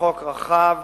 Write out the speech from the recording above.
החוק רחב,